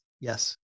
Yes